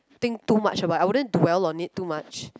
think too much about I wouldn't dwell on it too much